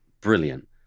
Brilliant